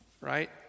right